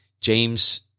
James